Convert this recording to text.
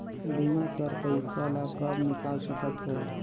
बीमा कर पइसा ला कब निकाल सकत हो?